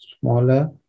smaller